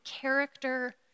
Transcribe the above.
character